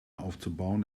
aufzubauen